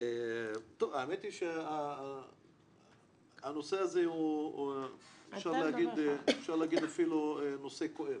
האמת היא שהנושא הזה, אפשר להגיד אפילו נושא כואב.